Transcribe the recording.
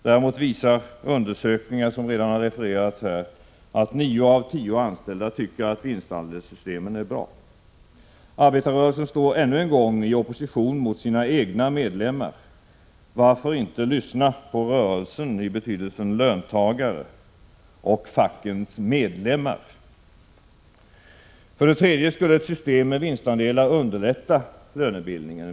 Däremot visar undersökningar, som redan har Vartör inte lyssna på rorelsen I betydelsen lontagare och tacktorenmingsmedlemmar? För det tredje skulle ett system med vinstandelar underlätta lönebildningen.